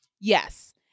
Yes